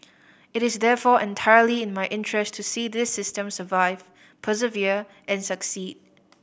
it is therefore entirely in my interest to see this system survive persevere and succeed